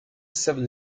seven